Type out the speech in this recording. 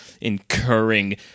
incurring